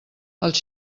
els